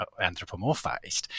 anthropomorphized